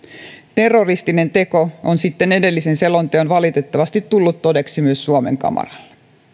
terroristinen teko on sitten edellisen selonteon valitettavasti tullut todeksi myös suomen kamaralla